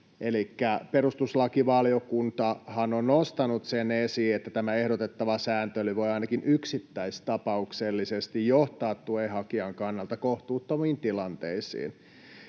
perustuslakivaliokuntahan on nostanut sen esiin, että tämä ehdotettava sääntely voi ainakin yksittäistapauksellisesti johtaa tuen hakijan kannalta kohtuuttomiin tilanteisiin,